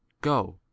go